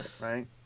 right